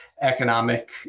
economic